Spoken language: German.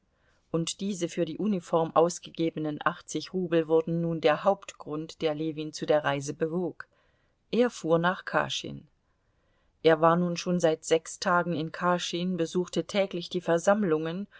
und diese für die uniform ausgegebenen achtzig rubel wurden nun der hauptgrund der ljewin zu der reise bewog er fuhr nach kaschin er war nun schon seit sechs tagen in kaschin besuchte täglich die versammlungen